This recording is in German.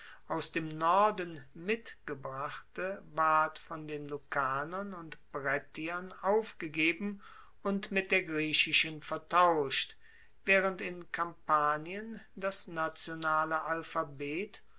aus dem norden mitgebrachte ward von den lucanern und brettiern aufgegeben und mit der griechischen vertauscht waehrend in kampanien das nationale alphabet